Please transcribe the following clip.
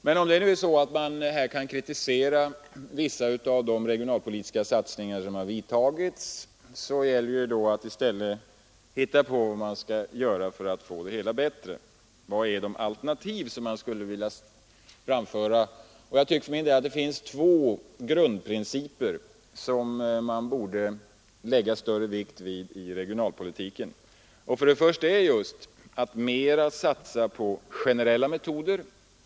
Men om man nu kan kritisera vissa av de regionalpolitiska satsningar som har gjorts gäller det ju att hitta på någonting som åstadkommer en förbättring. Vilka är de alternativ som man skulle vilja föra fram? Jag tycker att det finns två grundprinciper som det borde läggas större vikt vid i regionalpolitiken. Den första huvudprincipen är att mera satsa på generella metoder.